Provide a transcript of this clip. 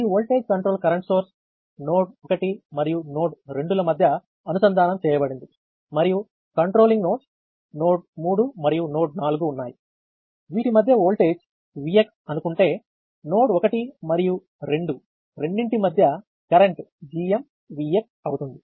ఈ voltage control current source node 1 మరియు node 2 ల మధ్య అనుసంధానం చేయబడింది మరియు కంట్రోలింగ్ నోడ్స్ నోడ్ 3 మరియు నోడ్ 4 ఉన్నాయి వీటి మధ్య ఓల్టేజ్ Vx అనుకుంటే నోడ్స్ 1 మరియు 2 రెండింటి మధ్య కరెంట్ GmVx అవుతుంది